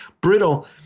brittle